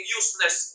useless